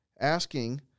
asking